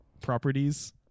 properties